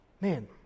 man